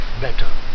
better